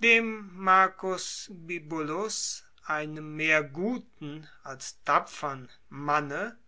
dem marcus bibulus einem mehr guten als tapfern manne